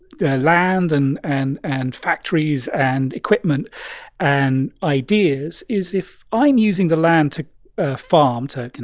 the land and and and factories and equipment and ideas is if i'm using the land to farm, to, and